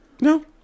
No